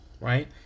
right